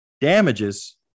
damages